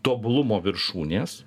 tobulumo viršūnės